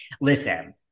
Listen